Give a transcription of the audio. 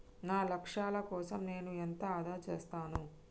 నా లక్ష్యాల కోసం నేను ఎంత ఆదా చేస్తాను?